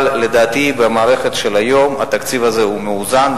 אבל לדעתי במערכת של היום התקציב הזה הוא מאוזן,